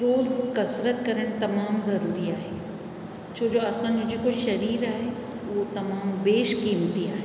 रोज़ु कसरत करण तमामु ज़रूरी आहे छोजो असांजो जेको शरीर आहे उहो तमामु बेशकीमती आहे